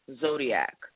zodiac